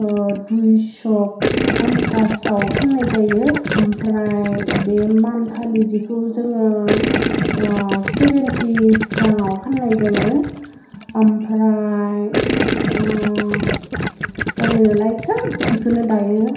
दुइस' फन्साचआव फान्नाय जायो ओमफ्राय बे मानफालि जिखौ जोङो ओह सेभेनटि राङाव फान्नाय जायो ओमफ्राय उम ओरैनोलाय सोब जिखौनो दायो